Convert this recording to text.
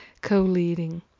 co-leading